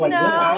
no